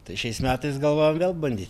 tai šiais metais galvojam vėl gal bandyt